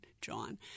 John